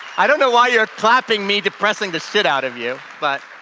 i don't know why you're clapping me depressing the shit out of you, but